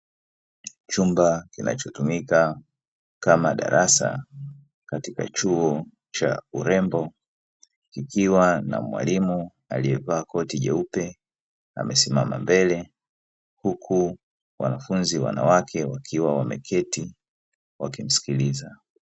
Chumba kinachotumika kama darasa katika chuo cha urembo, ikiwa na mwalimu aliyevaa koti jeupe amesimama mbele, huku wanafunzi wanawake wakiwa wameketi wakimsikiliza.